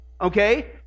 okay